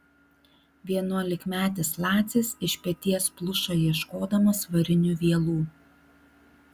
vienuolikmetis lacis iš peties pluša ieškodamas varinių vielų